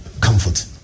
Comfort